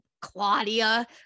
Claudia